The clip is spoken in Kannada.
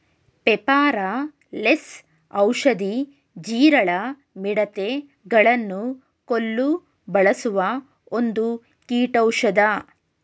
ಪೆಪಾರ ಲೆಸ್ ಔಷಧಿ, ಜೀರಳ, ಮಿಡತೆ ಗಳನ್ನು ಕೊಲ್ಲು ಬಳಸುವ ಒಂದು ಕೀಟೌಷದ